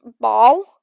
ball